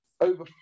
over